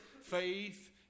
faith